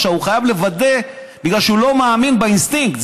הוא חייב לוודא, בגלל שהוא לא מאמין, באינסטינקט.